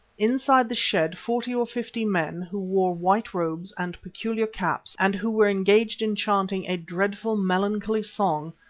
inside the shed forty or fifty men, who wore white robes and peculiar caps and who were engaged in chanting a dreadful, melancholy song,